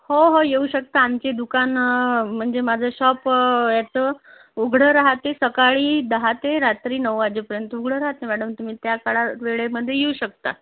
हो हो येऊ शकता आमचे दुकान म्हणजे माझं शॉप याचं उघडं राहते सकाळी दहा ते रात्री नऊ वाजेपर्यंत उघडं राहते मॅडम तुम्ही त्या काळा वेळेमध्ये येऊ शकता